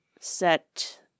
set